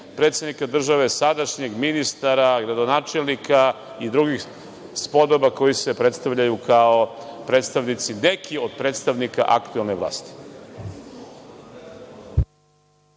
predsednika države, sadašnjeg ministra, gradonačelnika i drugih spodoba koji se predstavljaju kao neki od predstavnika aktuelne vlasti.